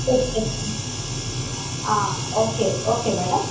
okay okay madam